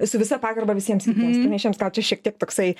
su visa pagarba visiems kitiems panešėjams gal šiek tiek toksai